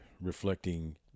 reflecting